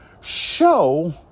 show